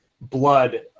blood